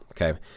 Okay